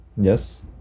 Yes